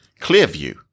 Clearview